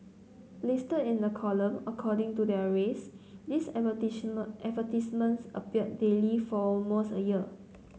listed in a column according to their race these advertisements appeared daily for almost a year